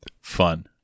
Fun